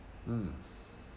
mm